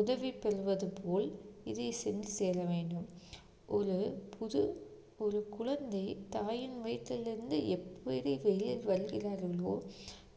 உதவி பெறுவது போல் இதை சென்று சேர வேண்டும் ஒரு புது ஒரு குழந்தை தாயின் வயிற்றிலிருந்து எப்படி வெளியில் வருகிறார்களோ